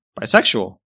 bisexual